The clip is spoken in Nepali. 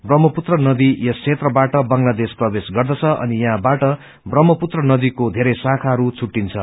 ब्रहमपुत्र नदी यसबेत्राबाट बंगलादेश प्रवेश गद्रछ अनि यहाँबाट ब्रहमपुत्र नदीको येरै शाखाहरू प्रुटिन्छ